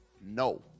No